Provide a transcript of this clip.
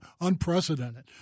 Unprecedented